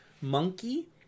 Monkey